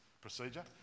procedure